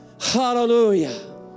Hallelujah